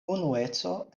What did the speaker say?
unueco